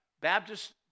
Baptist